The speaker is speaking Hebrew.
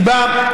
אני בא,